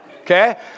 okay